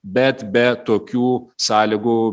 bet be tokių sąlygų